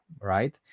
right